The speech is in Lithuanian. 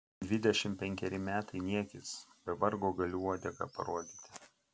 dvidešimt penkeri metai niekis be vargo galiu uodegą parodyti